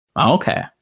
Okay